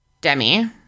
Demi